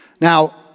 Now